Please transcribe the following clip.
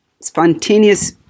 Spontaneous